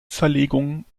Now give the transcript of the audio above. zerlegung